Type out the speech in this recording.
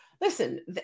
listen